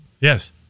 Yes